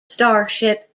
starship